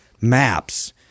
MAPS